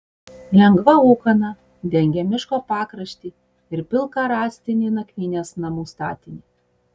lengva ūkana dengė miško pakraštį ir pilką rąstinį nakvynės namų statinį